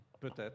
peut-être